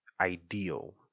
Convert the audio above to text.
ideal